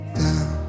down